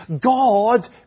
God